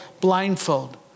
blindfold